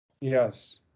Yes